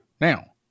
now